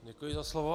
Děkuji za slovo.